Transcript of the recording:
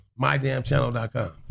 MyDamnChannel.com